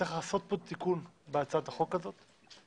שצריך לעשות תיקון בהצעת החוק הזאת